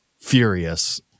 furious